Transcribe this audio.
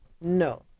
No